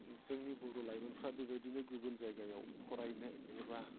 जोंनि बर' लाइमोनफ्रा बेबायदिनो गुबुन जायगायाव फरायनो एबा